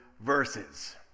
verses